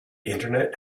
internet